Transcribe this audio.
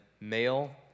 male